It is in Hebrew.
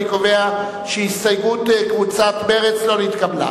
אני קובע שהסתייגות קבוצת מרצ לא נתקבלה.